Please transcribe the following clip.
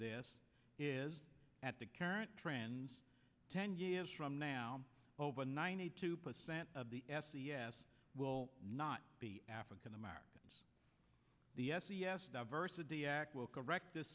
this is at the current trends ten years from now over ninety two percent of the s e s will not be african americans the s e s diversity act will correct this